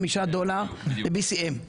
דולר ל-BCM.